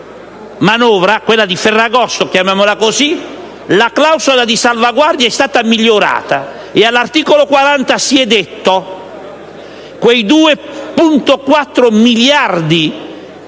questa manovra, quella di ferragosto, chiamiamola così, la clausola di salvaguardia è stata migliorata, e all'articolo 40 si è detto: quei 2,4 miliardi di tagli